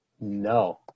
No